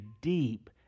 deep